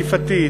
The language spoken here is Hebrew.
אכיפתית,